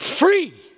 Free